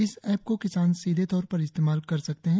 इस ऐप को किसान सीधे तौर पर इस्तेमाल कर सकते हैं